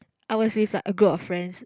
I was with like a group of friends